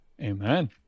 Amen